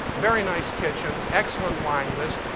very nice kitchen, excellent wine list.